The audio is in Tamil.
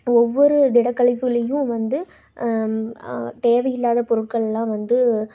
ஒவ்வொரு திடக்கழிவுளேயும் வந்து தேவை இல்லாத பொருட்களெலாம் வந்து